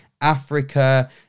Africa